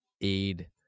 aid